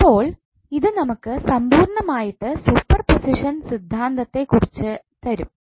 അപ്പോൾ ഇതു നമുക്ക് സമ്പൂർണ്ണമായിട്ട് സൂപ്പർപൊസിഷൻ സിദ്ധാന്തത്തെ കുറിച്ചു തരും